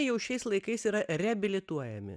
jau šiais laikais yra reabilituojami